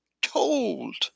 told